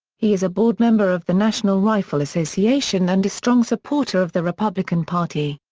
he is a board member of the national rifle association and a strong supporter of the republican party.